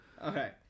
Okay